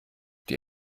die